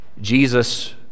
Jesus